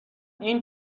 این